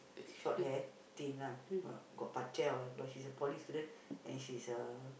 short hair thin ah but got but she's a poly student and she's a